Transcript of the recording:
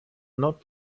not